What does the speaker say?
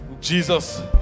Jesus